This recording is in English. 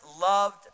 loved